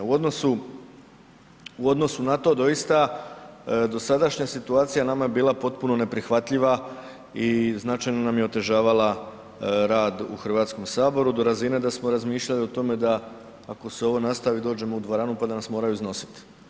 U odnosu na to, doista dosadašnja situacija nama je bila potpuno neprihvatljiva i značajno nam je otežavala rad u HS-u do razine da smo razmišljali o tome da, ako se ovo nastavi, dođemo u dvoranu pa da nas moraju iznositi.